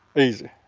easy.